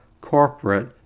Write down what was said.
corporate